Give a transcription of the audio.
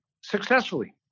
successfully